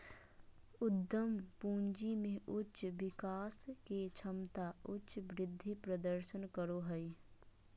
उद्यम पूंजी में उच्च विकास के क्षमता उच्च वृद्धि प्रदर्शन करो हइ